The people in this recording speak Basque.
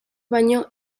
baino